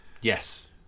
Yes